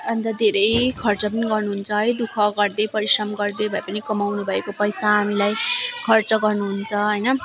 अन्त धेरै खर्च पनि गर्नुहुन्छ है दुःख गर्दै परिश्रम गर्दै भए पनि कमाउनु भएको पैसा हामीलाई खर्च गर्नुहुन्छ होइन